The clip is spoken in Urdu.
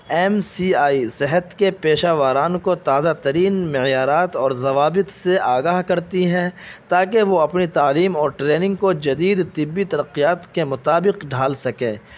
ایم سی آئی صحت کے پیشہ وران کو تازہ ترین معیارات اور ضوابط سے آگاہ کرتی ہیں تاکہ وہ اپنی تعلیم اور ٹریننگ کو جدید طبی ترقیات کے مطابق ڈھال سکے